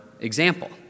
example